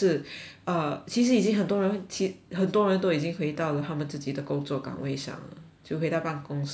err 其实已经很多人其很多人都已经回到了他们自己的工作岗位上了就回到办公室上了